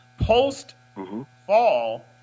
Post-fall